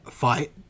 Fight